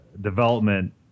development